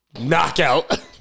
knockout